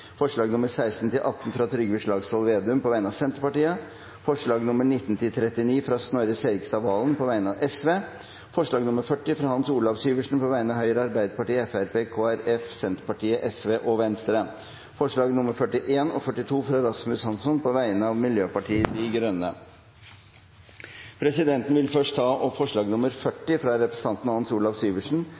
forslag nr. 40, fra Hans Olav Syversen på vegne av Arbeiderpartiet, Høyre, Fremskrittspartiet, Kristelig Folkeparti, Senterpartiet, Venstre og Sosialistisk Venstreparti forslagene nr. 41 og 42, fra Rasmus Hansson på vegne av Miljøpartiet De Grønne. Presidenten vil først ta opp forslag nr. 40, fra representanten Hans Olav Syversen